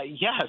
yes